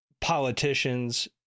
politicians